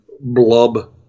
blub